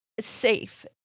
safe